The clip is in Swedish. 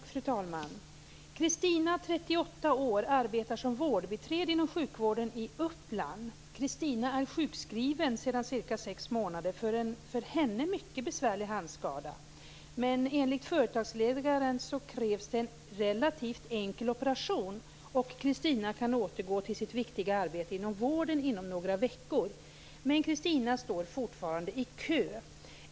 Fru talman! Kristina, 38 år, arbetar som vårdbiträde inom sjukvården i Uppland. Kristina är sjukskriven sedan cirka sex månader för en för henne mycket besvärlig handskada. Enligt företagsläkaren krävs det en relativt enkel operation, och Kristina kan återgå till sitt viktiga arbete inom vården inom några veckor. Men Kristina står fortfarande i kö.